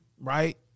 right